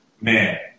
man